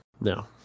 No